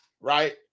Right